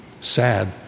sad